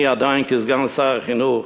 אני, עדיין כסגן שר החינוך,